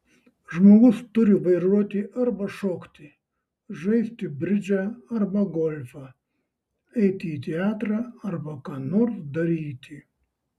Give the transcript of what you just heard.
žmogus turi vairuoti arba šokti žaisti bridžą arba golfą eiti į teatrą arba ką nors daryti